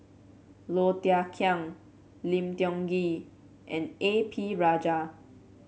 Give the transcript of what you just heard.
Low Thia Khiang Lim Tiong Ghee and A P Rajah